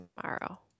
tomorrow